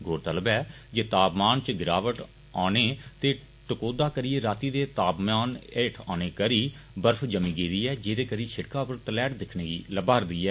गौरतलब ऐ जे तापमान इच गिरावट औने ते टकौदा करियै राती दे तापमान ऐठ आने करी बर्फ जमी गेदी ऐ जेहदे करी शिड़का पर तलैट दिक्खने गी लब्बा रदी ऐ